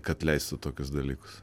kad leistų tokius dalykus